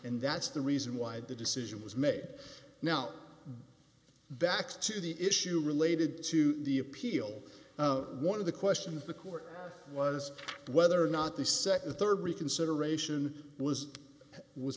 and that's the reason why the decision was made now back to the issue related to the appeal one of the questions the court was whether or not the nd or rd reconsideration was was